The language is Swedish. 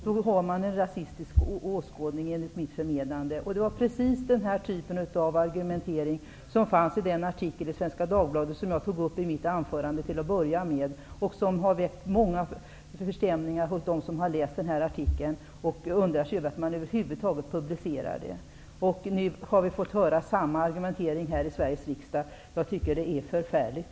Då har man enligt mitt förmenande en rasistisk åskådning. Det var precis denna typ av argumentering som fanns i den artikel i Svenska Dagbladet som jag tog upp i mitt anförande till att börja med och som har väckt stor förstämning hos dem som har läst artikeln och som har förundrat sig över att man över huvud taget publicerat den. Nu har vi fått höra samma argumentering här i Sveriges riksdag. Jag tycker att det är förfärligt.